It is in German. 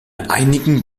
einigen